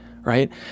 right